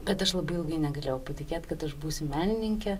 bet aš labai ilgai negalėjau patikėt kad aš būsiu menininkė